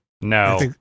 No